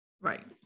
right